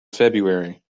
february